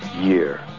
year